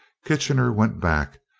kitchener went back,